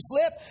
flip